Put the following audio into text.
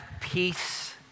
peace